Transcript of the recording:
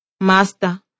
Master